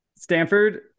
Stanford